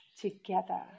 together